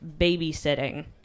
babysitting